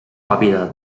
hàbitat